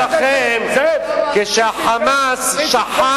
תגיד לי למה לא כאב לכם כשה"חמאס" שחט,